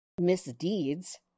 misdeeds